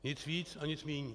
Nic víc a nic míň.